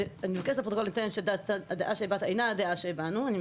אני מבקשת לפרוטוקול לציין שהדעה שהבעת אינה הדעה שהבענו.